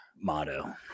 motto